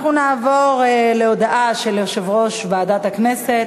אנחנו נעבור להודעה של יושב-ראש ועדת הכנסת,